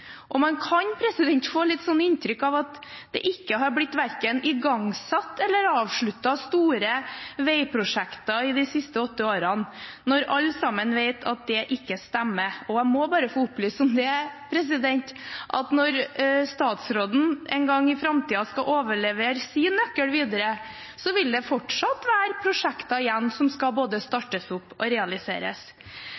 og man kan få litt inntrykk av at det ikke har blitt verken igangsatt eller avsluttet store veiprosjekter i de siste åtte årene, når alle sammen vet at det ikke stemmer. Jeg må bare få opplyse om at når statsråden en gang i framtiden skal overlevere sin nøkkel videre, vil det fortsatt være prosjekter igjen som skal både